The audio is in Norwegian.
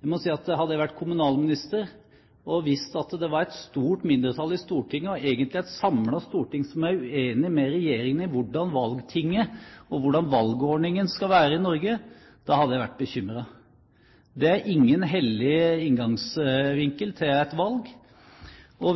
Jeg må si at hadde jeg vært kommunalminister og visst at det var et stort mindretall i Stortinget, egentlig et samlet storting, som er uenig med Regjeringen i hvordan valgtinget og hvordan valgordningen skal være i Norge, hadde jeg vært bekymret. Det er ingen heldig inngangsvinkel til et valg.